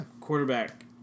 Quarterback